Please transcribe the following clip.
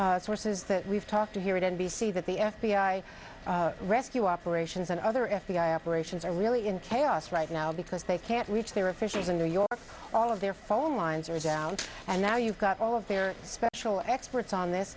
to sources that we've talked to here at n b c that the f b i rescue operations and other f b i operations are really in chaos right now because they can't reach their officials in new york all of their phone lines are down and now you've got all of their special experts on this